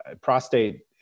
prostate